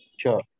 Sure